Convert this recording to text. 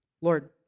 Lord